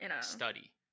Study